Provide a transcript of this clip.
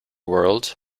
world